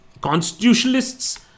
constitutionalists